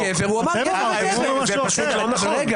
לא נכון.